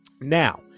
Now